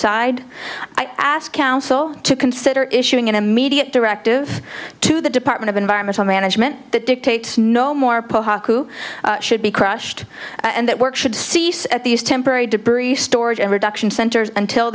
side i ask council to consider issuing an immediate directive to the department of environmental management that dictates no more who should be crushed and that work should cease at these temporary debris storage and reduction centers until